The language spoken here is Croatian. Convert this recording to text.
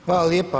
Hvala lijepa.